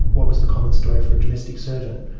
what was the common story for a domestic servant?